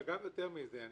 גם יותר מזה.